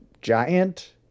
giant